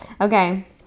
Okay